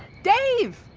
dave!